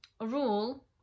rule